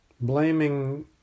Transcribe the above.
Blaming